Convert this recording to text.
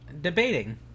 debating